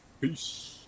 Peace